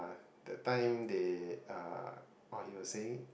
the time they uh while he was saying